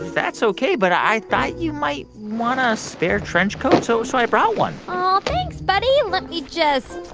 that's ok. but i thought you might want ah a spare trenchcoat, so so i brought one oh, thanks, buddy. let me just